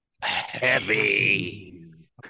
heavy